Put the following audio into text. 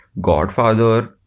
Godfather